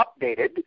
updated